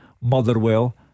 Motherwell